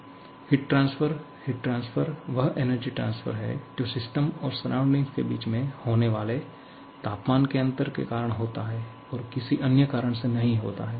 1 heat transfer heat transfer वह energy transfer है जो सिस्टम और सराउंडिंग के बीचमे होनेवाले तापमान के अंतर के कारण होता है और किसी अन्य कारण से नहीं होता है